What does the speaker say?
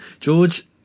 George